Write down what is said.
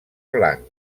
blanc